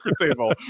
table